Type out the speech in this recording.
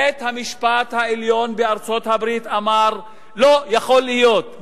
בית-המשפט העליון בארצות-הברית אמר: לא יכול להיות,